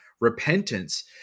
repentance